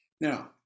Now